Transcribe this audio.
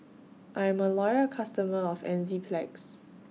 I'm A Loyal customer of Enzyplex